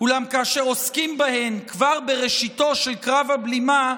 אולם כאשר עוסקים בהן כבר בראשיתו של קרב הבלימה,